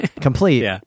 complete